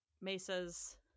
mesas